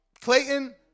Clayton